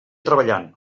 treballant